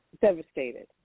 devastated